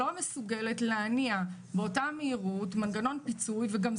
אינה מסוגלת להניע מנגנון פיצוי באותה המהירות